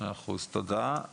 מאה אחוז, תודה.